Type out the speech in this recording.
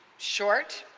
short,